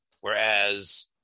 Whereas